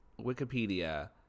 wikipedia